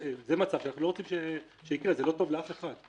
זה מצב שאנחנו לא רוצים שיקרה, זה לא טוב לאף אחד.